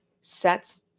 sets